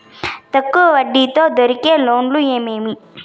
తక్కువ వడ్డీ తో దొరికే లోన్లు ఏమేమీ?